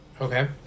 Okay